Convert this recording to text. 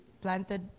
planted